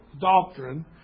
doctrine